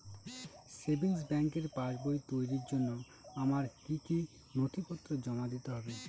Savings ব্যাংকের পাসবই তৈরির জন্য আমার কি কি নথিপত্র জমা দিতে হবে?